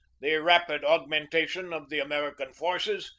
the rapid augmentation of the american forces,